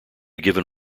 given